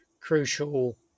crucial